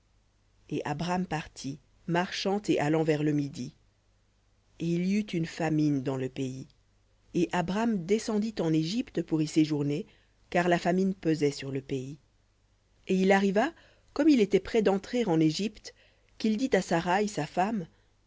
et abram partit marchant et allant vers le midi et il y eut une famine dans le pays et abram descendit en égypte pour y séjourner car la famine pesait sur le pays et il arriva comme il était près d'entrer en égypte qu'il dit à saraï sa femme